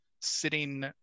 sitting